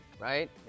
right